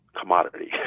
commodity